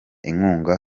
inkunga